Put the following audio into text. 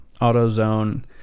AutoZone